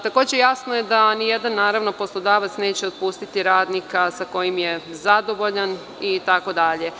Takođe jasno je da nijedan poslodavac neće otpustiti radnika sa kojim je zadovoljna itd.